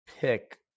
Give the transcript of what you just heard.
pick